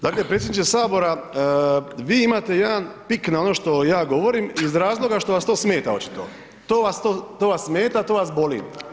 Dakle, predsjedniče sabora vi imate jedan pik na ono što ja govorim iz razloga što vas to smeta očito, to vas smeta, to vas boli.